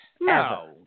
No